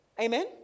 Amen